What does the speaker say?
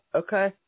okay